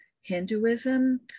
hinduism